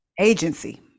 Agency